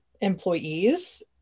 employees